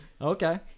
Okay